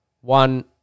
one